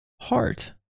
heart